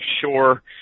sure